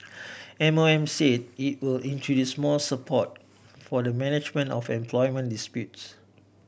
M O M said it will introduce more support for the management of employment disputes